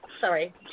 sorry